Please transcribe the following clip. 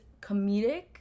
comedic